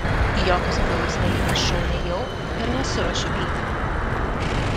į jokius kvailus realybės šou nėjau ir nesiruošiu eiti